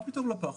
מה פתאום לפח?